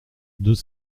deux